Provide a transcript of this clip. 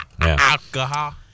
alcohol